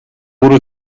order